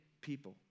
people